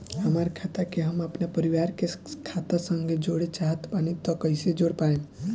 हमार खाता के हम अपना परिवार के खाता संगे जोड़े चाहत बानी त कईसे जोड़ पाएम?